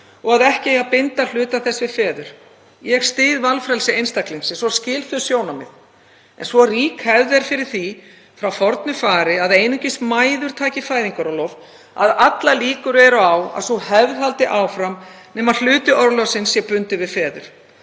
og að ekki eigi að binda hluta þess við feður. Ég styð valfrelsi einstaklingsins og skil þau sjónarmið en svo rík hefð er fyrir því frá fornu fari að einungis mæður taki fæðingarorlof að allar líkur eru á að sú hefð haldi áfram nema hluti orlofsins sé bundinn við feður.